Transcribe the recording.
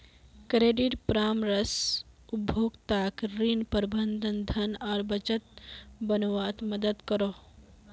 credit परामर्श उपभोक्ताक ऋण, प्रबंधन, धन आर बजट बनवात मदद करोह